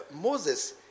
Moses